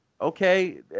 okay